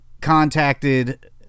contacted